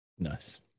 Nice